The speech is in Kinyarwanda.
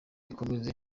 ikomeze